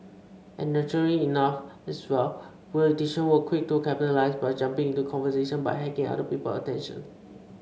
and naturally enough as well politician were quick to capitalise by jumping into the conversation by hacking other people attention